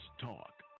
talk